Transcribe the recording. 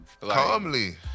calmly